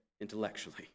intellectually